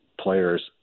players